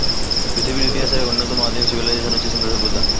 পৃথিবীর ইতিহাসের এক অন্যতম আদিম সিভিলাইজেশন হচ্ছে সিন্ধু সভ্যতা